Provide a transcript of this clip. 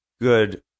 good